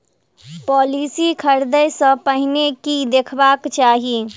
Policy खरीदै सँ पहिने की देखबाक चाहि?